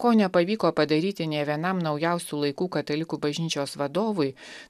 ko nepavyko padaryti nė vienam naujausių laikų katalikų bažnyčios vadovui